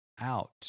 out